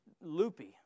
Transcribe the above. loopy